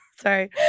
Sorry